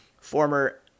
Former